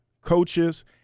coaches